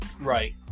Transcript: Right